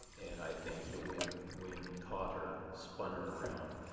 and i think the wind um wind caught her, spun her around.